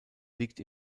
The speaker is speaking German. liegt